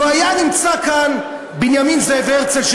לו נמצא כאן בנימין זאב הרצל,